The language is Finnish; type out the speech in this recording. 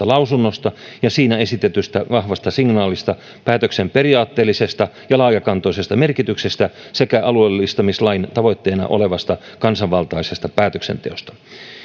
lausunnosta ja siinä esitetystä vahvasta signaalista päätöksen periaatteellisesta ja laajakantoisesta merkityksestä sekä alueellistamislain tavoitteena olevasta kansanvaltaisesta päätöksenteosta arvoisa